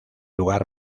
lugar